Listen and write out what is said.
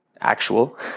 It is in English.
actual